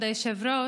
כבוד היושב-ראש,